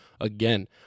Again